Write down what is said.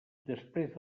després